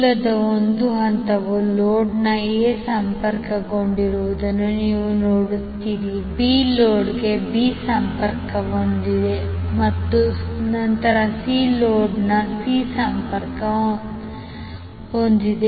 ಮೂಲದ ಒಂದು ಹಂತವು ಲೋಡ್ನ A ಸಂಪರ್ಕಗೊಂಡಿರುವುದನ್ನು ನೀವು ನೋಡುತ್ತೀರಿ B ಲೋಡ್ನ B ಗೆ ಸಂಪರ್ಕ ಹೊಂದಿದೆ ಮತ್ತು ನಂತರ C ಲೋಡ್ನ C ಹಂತಕ್ಕೆ ಸಂಪರ್ಕ ಹೊಂದಿದೆ